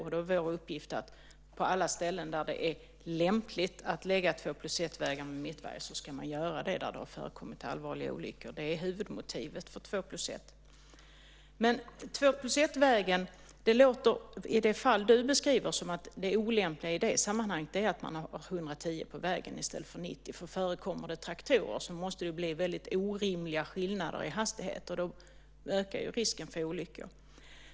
Då är det också vår uppgift att på alla ställen där det är lämpligt bygga "2 + 1"-vägar med mittvajer. Det ska man göra där det förekommit allvarliga olyckor. Det är huvudmotivet för "2 + 1". Av det du beskriver låter det som om det olämpliga med "2 + 1"-vägen, i just det sammanhanget, är att man har 110 på vägen i stället för 90, för om det förekommer traktorer på vägen blir hastighetsskillnaderna orimliga och då ökar risken för olyckor.